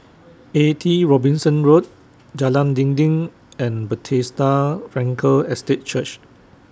eighty Robinson Road Jalan Dinding and Bethesda Frankel Estate Church